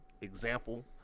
example